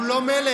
אנחנו לא מלך.